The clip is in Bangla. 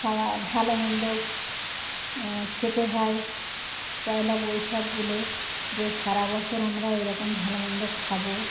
খাওয়া ভালো মন্দ খেতে হয় পয়লা বৈশাখ বলে যে সারা বছর আমরা ওইরকম ভালো মন্দ খাব